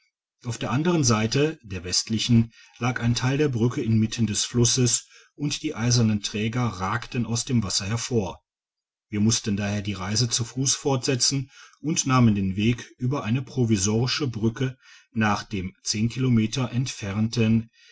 auf der anderen seite der westlichen lag ein teil der brücke inmitten des flusses und die eisernen träger ragten aus dem wasser hervor wir mussten daher die reise zu fuss fortsetzen und nahmen den weg über eine provisorische brücke nach dem kilometer entfernten